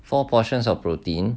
four portions of protein